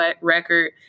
record